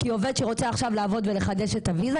כי עובד שרוצה עכשיו לעבוד ולחדש את הוויזה,